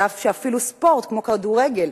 בשעה שאפילו ספורט כמו כדורגל,